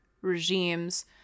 regimes